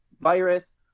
virus